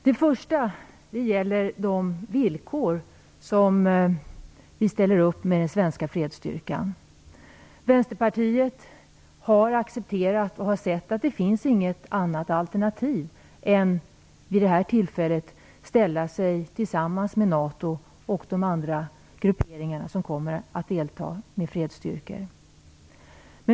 Det gäller till att börja med de villkor som vi ställer upp när det gäller den svenska fredsstyrkan. Vänsterpartiet har accepterat och sett att det inte finns något annat alternativ vid det här tillfället än att ställa sig tillsammans med NATO och de andra grupperingarna som kommer att delta med fredsstyrkor.